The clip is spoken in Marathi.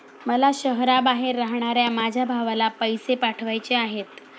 मला शहराबाहेर राहणाऱ्या माझ्या भावाला पैसे पाठवायचे आहेत